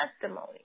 testimony